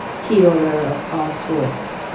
healer of all sorts.